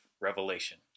Revelation